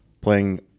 playing